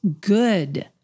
good